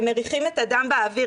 הם מריחים את הדם באוויר,